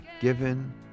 given